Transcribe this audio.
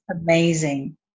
amazing